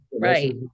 right